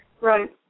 Right